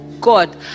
God